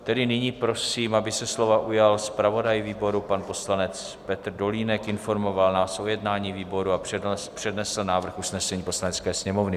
Tedy nyní prosím, aby se slova ujal zpravodaj výboru pan poslanec Petr Dolínek, informoval nás o jednání výboru a přednesl návrh usnesení Poslanecké sněmovny.